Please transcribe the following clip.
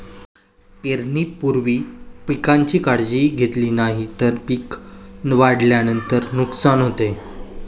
पेरणीपूर्वी पिकांची काळजी घेतली नाही तर पिक वाढल्यानंतर नुकसान होते